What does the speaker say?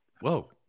Whoa